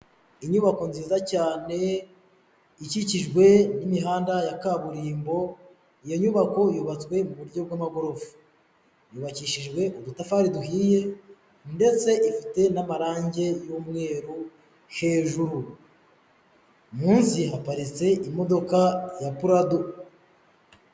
Inyubako nziza cyane ikikijwe n'imihanda ya kaburimbo iyo nyubako yubatswe mu buryo bw'amagorofa, yubakishijwe udutafari duhiye ndetse ifite n'amarange y'umweru hejuru, munsi haparitse imodoka ya purado.